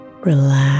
Relax